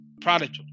prodigal